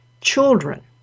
children